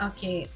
Okay